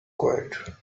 quiet